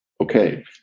okay